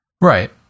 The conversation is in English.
Right